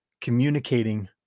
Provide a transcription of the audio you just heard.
communicating